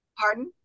Pardon